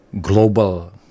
global